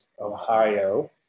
Ohio